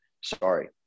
sorry